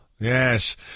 Yes